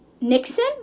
Nixon